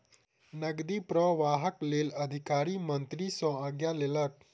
नकदी प्रवाहक लेल अधिकारी मंत्री सॅ आज्ञा लेलक